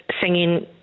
singing